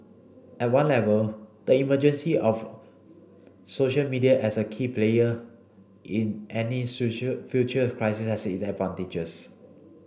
at one level the emergency of social media as a key player in any social future crisis has advantages